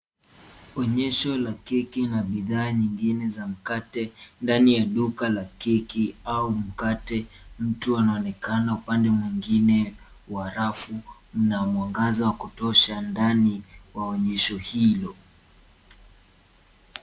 Onyesho la keki na bidhaa nyingine za mkate ndani ya duka la keki au mkate. Mtu anaonekana upande mwingine wa rafu na mwangaza wa kutosha ndani wa onyesho hilo.